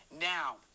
Now